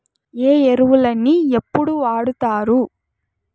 ఏ ఎరువులని ఎప్పుడు వాడుతారు?